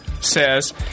says